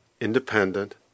Independent